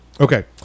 Okay